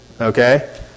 Okay